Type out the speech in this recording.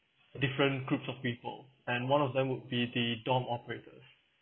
different groups of people and one of them would be the dorm operators